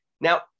Now